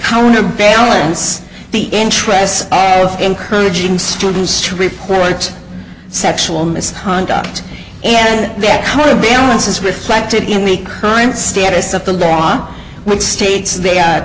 counterbalance the interests of encouraging students to report sexual misconduct and that caribbean's is reflected in the current status of the law which states they a